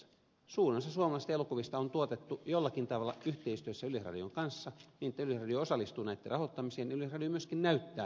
suurin osa suomalaisista elokuvista on tuotettu jollakin tavalla yhteistyössä yleisradion kanssa niin että yleisradio osallistuu näitten rahoittamiseen ja yleisradio myöskin näyttää ne elokuvat